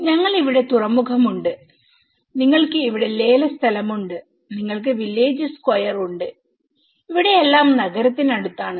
ഞങ്ങൾക്ക് ഇവിടെ തുറമുഖമുണ്ട് നിങ്ങൾക്ക് ഇവിടെ ലേല സ്ഥലമുണ്ട് നിങ്ങൾക്ക് വില്ലേജ് സ്ക്വയർ ഉണ്ട്ഇവിടെ എല്ലാം നഗരത്തിനടുത്താണ്